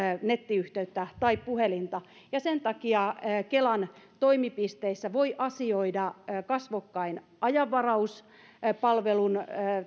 nettiyhteyttä tai puhelinta sen takia kelan toimipisteissä voi asioida kasvokkain ajanvarauspalvelun